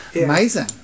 Amazing